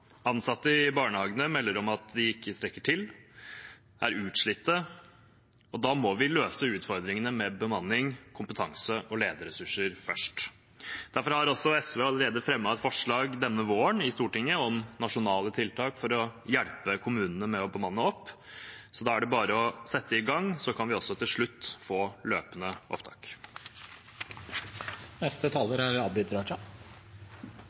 Ansatte i barnehagene melder om at de ikke strekker til og er utslitte, og da må vi løse utfordringene med bemanning, kompetanse og lederressurser først. Derfor har da også SV denne våren allerede fremmet et forslag i Stortinget om nasjonale tiltak for å hjelpe kommunene med å bemanne opp, så da er det bare å sette i gang. Så kan vi også til slutt få løpende opptak.